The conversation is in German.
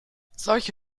solche